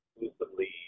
exclusively